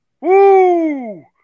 Woo